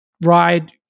ride